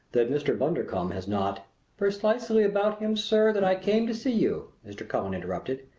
that mr. bundercombe has not precisely about him, sir, that i came to see you, mr. cullen interrupted.